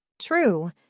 True